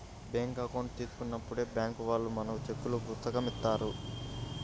bank account తీసుకున్నప్పుడే bank వాళ్ళు మనకు చెక్కుల పుస్తకం ఇత్తారు